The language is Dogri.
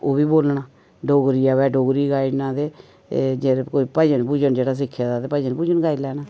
ते ओह् बी बोलना डोगरी आवै डोगरी गाई ओड़ना ते जे अगर भजन भुजन जेह्ड़ा सिक्खे दा ते भजन भुजन गाई लैना